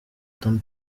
tam